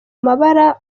mabara